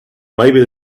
maybe